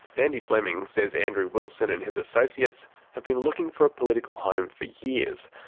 andy fleming says andrew wilson and his associates have been looking for a political home for years.